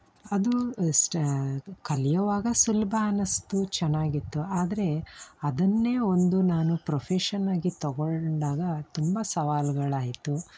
ಅದು ಕಲಿಯುವಾಗ ಸುಲಭ ಅನ್ನಿಸ್ತು ಚೆನ್ನಾಗಿತ್ತು ಆದರೆ ಅದನ್ನೇ ಒಂದು ನಾನು ಪ್ರೊಫೆಷನ್ನಾಗಿ ತೊಗೊಂಡಾಗ ತುಂಬ ಸವಾಲುಗಳಾಯ್ತು